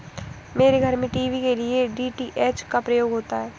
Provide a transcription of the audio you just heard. मेरे घर में टीवी के लिए डी.टी.एच का प्रयोग होता है